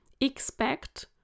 Expect